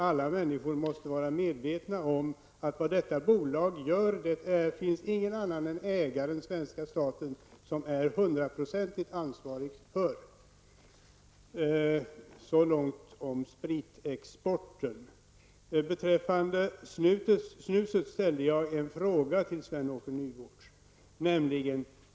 Alla människor måste vara medvetna om att ingen annan än ägaren, svenska staten, är hundra procentigt ansvarig för vad detta bolag gör. Så långt spritexporten. Åke Nygårds.